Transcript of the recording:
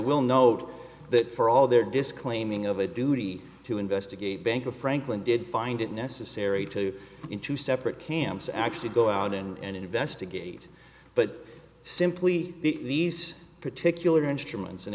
will note that for all there disclaiming of a duty to investigate banker franklin did find it necessary to in two separate camps actually go out and investigate but simply these particular instruments and